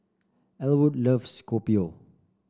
Elwood loves Kopi O